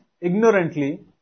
Ignorantly